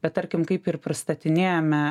bet tarkim kaip ir pristatinėjome